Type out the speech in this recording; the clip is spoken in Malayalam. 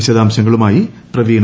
വിശദാംശങ്ങളുമായി പ്രവീണ